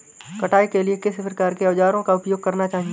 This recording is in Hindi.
कटाई के लिए किस प्रकार के औज़ारों का उपयोग करना चाहिए?